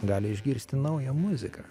gali išgirsti naują muziką